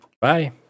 Bye